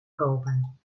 kopen